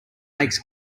makes